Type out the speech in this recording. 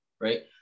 right